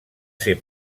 ser